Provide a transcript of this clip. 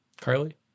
Carly